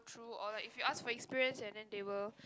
true or like if you ask for experience and then they will